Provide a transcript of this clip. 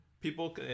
people